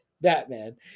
Batman